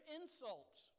insults